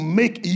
make